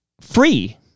free